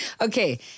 Okay